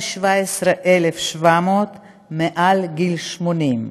117,700 מעל גיל 80,